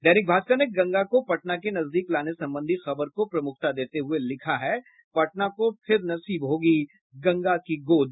दैनिक भास्कर ने गंगा को पटना के नजदीक लाने संबंधी खबर को प्रमुखता देते हुये लिखा है पटना को फिर नसीब होगी गंगा की गोद